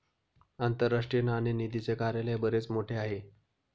आंतरराष्ट्रीय नाणेनिधीचे कार्यालय बरेच मोठे आहे